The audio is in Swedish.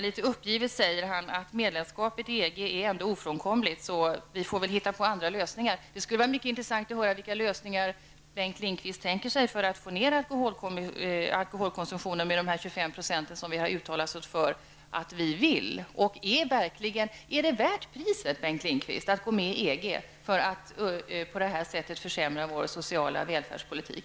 Litet uppgivet säger han att medlemskapet i EG ändå är ofrånkomligt, så vi får väl hitta på andra lösningar. Det skulle vara intressant att höra vilka andra lösningar Bengt Lindqvist tänker sig för att få ner alkoholkonsumtionen med 25 %, som vi har uttalat oss för. Är det verkligen värt priset att gå med i EG, Bengt Lindqvist, när det på det här sättet försämrar vår sociala välfärdspolitik?